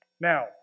Now